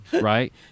right